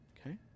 Okay